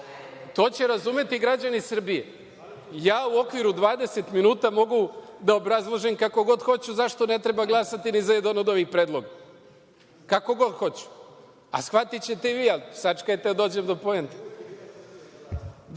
to će razumeti građani Srbije. Ja u okviru 20 minuta mogu da obrazložim kako god hoću zašto ne treba glasati ni za jedan od ovih predloga, kako god hoću, shvatićete i vi, ali sačekajte da dođem do poente. Dakle,